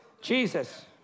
Jesus